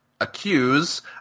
accuse